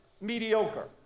mediocre